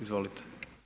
Izvolite.